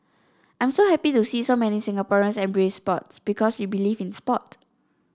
I'm so happy to see so many Singaporeans embrace sports because we believe in sport